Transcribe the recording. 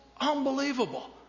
unbelievable